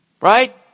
Right